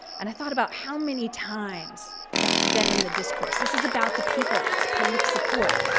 and i thought about how many times that's been in the discourse. this is about the people. it's public support.